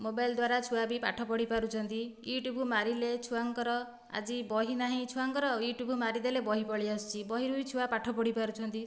mobile ଦ୍ୱାରା ଛୁଆ ବି ପାଠ ପଢ଼ି ପାରୁଛନ୍ତି ୟୁଟୁବ୍ ମାରିଲେ ଛୁଆଙ୍କର ଆଜି ବହି ନାହିଁ ଛୁଆଙ୍କର ୟୁଟୁବ୍ ମାରିଦେଲେ ବହି ପଳିଆସୁଛି ବହିରୁ ବି ଛୁଆ ପାଠ ପଢ଼ିପାରୁଛନ୍ତି